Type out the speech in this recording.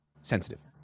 Sensitive